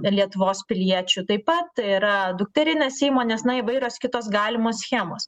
lietuvos piliečių taip pat yra dukterinės įmonės na įvairios kitos galimos schemos